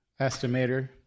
Estimator